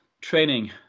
training